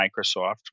Microsoft